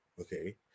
okay